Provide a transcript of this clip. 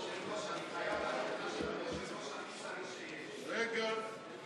רגע,